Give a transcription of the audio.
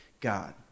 God